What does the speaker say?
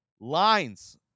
Lines